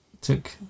took